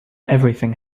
everything